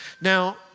Now